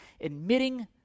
admitting